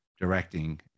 directing